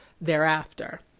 thereafter